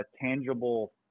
tangible